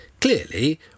clearly